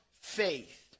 faith